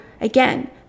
again